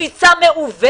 התפיסה מעוותת.